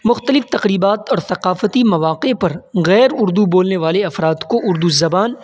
مختلف تقریبات اور ثقافتی مواقع پر غیر اردو بولنے والے افراد کو اردو زبان